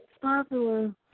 popular